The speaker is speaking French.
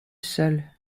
seul